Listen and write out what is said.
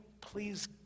please